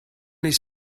his